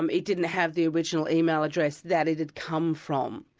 um it didn't have the original email address that it had come from.